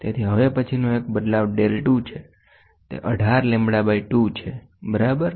તેથીહવે પછીનું એક બદલાવ del 2 છે તે 18 લેમ્બડા બાઈ 2 છેબરાબર